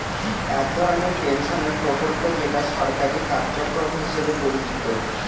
এক ধরনের পেনশনের প্রকল্প যেটা সরকারি কার্যক্রম হিসেবে পরিচিত